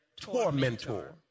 Tormentor